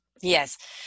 Yes